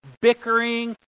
bickering